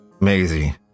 Maisie